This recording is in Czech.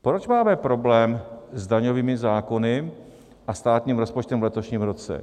Proč máme problém s daňovými zákony a státním rozpočtem v letošním roce?